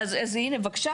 אז הנה, בבקשה.